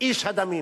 איש הדמים,